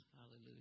hallelujah